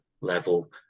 level